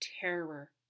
terror